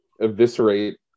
eviscerate